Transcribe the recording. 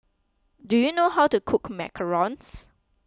do you know how to cook Macarons